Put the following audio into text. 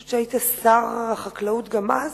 אני חושבת שהיית שר החקלאות גם אז,